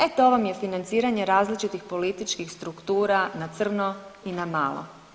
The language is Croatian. E to vam je financiranje različitih političkih struktura na crno i na malo.